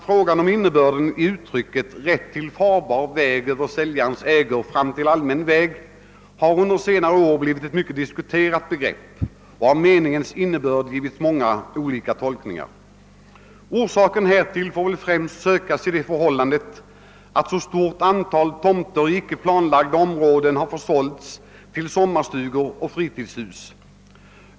Frågan om innebörden i uttrycket »rätt till farbar väg över säljarens ägor fram till allmän väg» har under senare år blivit mycket diskuterad och uttrycket har givits många olika tolkningar. Orsaken härtill får väl främst sökas i det förhållandet, att ett så stort antal tomter i icke planlagda områden har försålts till personer som byggt sommarstugor och fritidshus.